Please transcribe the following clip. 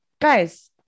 Guys